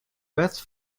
wet